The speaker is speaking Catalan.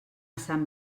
sant